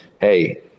hey